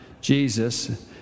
Jesus